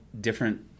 different